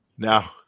Now